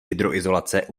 hydroizolace